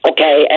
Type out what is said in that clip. Okay